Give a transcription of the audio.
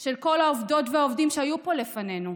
של כל העובדות והעובדים שהיו פה לפנינו,